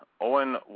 Owen